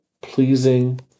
pleasing